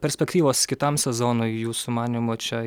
perspektyvos kitam sezonui jūsų manymu čia